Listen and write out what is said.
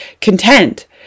content